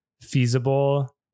feasible